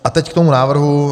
A teď k tomu návrhu.